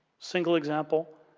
single example